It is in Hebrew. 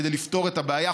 כדי לפתור את הבעיה,